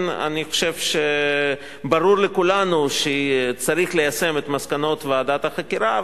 אני חושב שברור לכולנו שצריך ליישם את מסקנות ועדת החקירה,